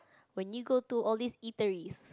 when you go to all this eateries